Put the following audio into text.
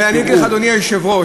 אני אגיד לך, אדוני היושב-ראש,